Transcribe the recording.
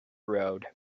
road